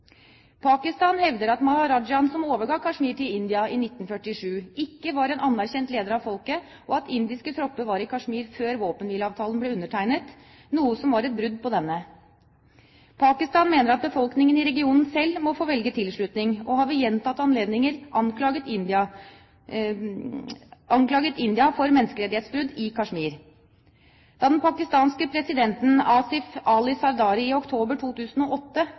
Pakistan hevder at maharajaen som overga Kashmir til India i 1947, ikke var en leder anerkjent av folket, og at indiske tropper var i Kashmir før våpenhvileavtalen ble undertegnet, noe som var et brudd på denne. Pakistan mener at befolkningen i regionen selv må få velge tilslutning, og har ved gjentatte anledninger anklaget India for menneskerettighetsbrudd i Kashmir. Da den pakistanske presidenten Asif Ali Zardari i oktober 2008